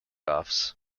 offs